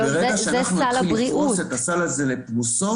ברגע שאנחנו נתחיל לפרוס את הסל הזה לפרוסות,